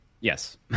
Yes